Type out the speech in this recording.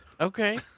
Okay